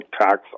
tax